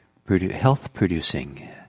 health-producing